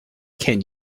can